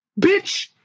Bitch